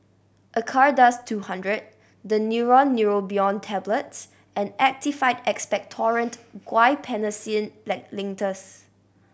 Acardust two hundred Daneuron Neurobion Tablets and Actified Expectorant Guaiphenesin Like Linctus